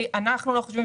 אנחנו לא חושבים,